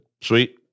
Sweet